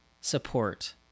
support